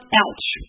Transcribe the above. ouch